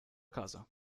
casa